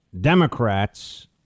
Democrats